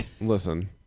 Listen